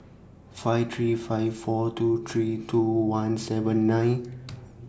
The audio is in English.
five three five four two three two one seven nine